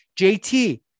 JT